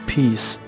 Peace